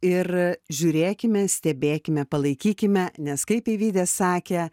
ir žiūrėkime stebėkime palaikykime nes kaip eivydė sakė